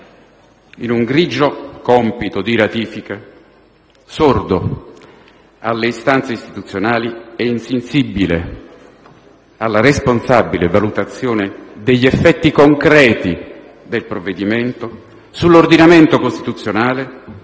in un grigio compito di ratifica, sordo alle istanze istituzionali e insensibile alla responsabile valutazione degli effetti concreti del provvedimento sull'ordinamento costituzionale,